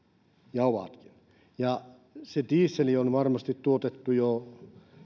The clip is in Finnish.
ja ovatkin ja se diesel on varmasti tuotettu jo